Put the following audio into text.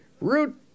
Root